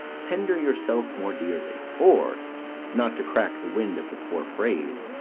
tender yourself more dearly or not to crack the wind of the poor phrase,